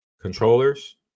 controllers